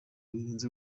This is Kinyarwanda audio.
birenze